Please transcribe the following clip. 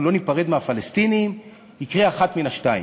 לא ניפרד מהפלסטינים תקרה אחת מן השתיים: